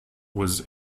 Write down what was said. was